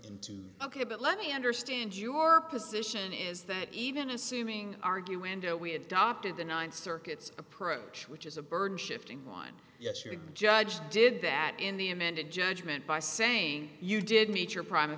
into ok but let me understand your position is that even assuming argue window we adopted the ninth circuit's approach which is a burden shifting one yesterday judge did that in the amended judgment by saying you did meet your prim